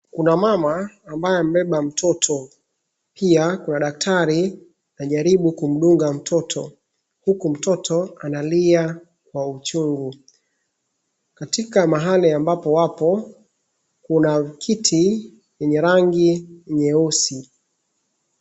Kuna mama ambaye amebeba mtoto. Pia kuna daktari anajaribu kumdunga mtoto uku mtoto analia kwa uchungu. Katika mahali ambapo wapo kuna kiti yenye rangi nyeusi.